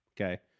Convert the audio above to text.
Okay